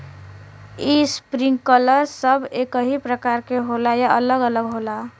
Sprinkler सब एकही प्रकार के होला या अलग अलग होला?